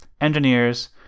engineers